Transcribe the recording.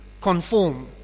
conform